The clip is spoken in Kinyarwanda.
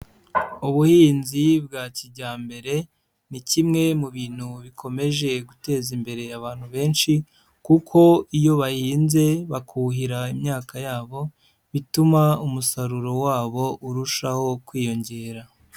Ubuhinzi bwa kijyambere, ni kimwe mu bintu bikomeje guteza imbere abantu benshi, kuko iyo bahinze bakuhira imyaka yabo, bituma umusaruro wabo urushaho kwiyongera.